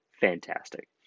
fantastic